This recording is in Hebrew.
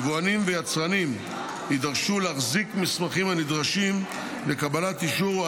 יבואנים ויצרנים יידרשו להחזיק מסמכים הנדרשים לקבלת אישור או